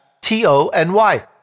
T-O-N-Y